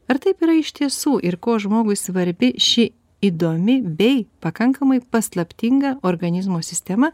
ar taip yra iš tiesų ir kuo žmogui svarbi ši įdomi bei pakankamai paslaptinga organizmo sistema